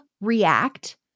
react